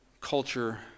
culture